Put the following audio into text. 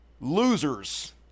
Losers